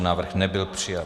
Návrh nebyl přijat.